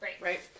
Right